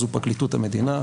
זו פרקליטות המדינה.